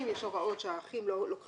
ואמרנו הורה או בן של אותו אחד,